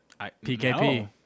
PKP